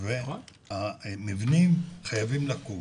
המבנים חייבים לקום